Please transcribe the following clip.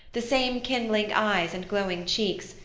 the same kindling eyes and glowing cheeks,